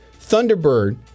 Thunderbird